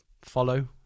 follow